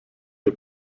der